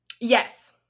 Yes